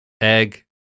Egg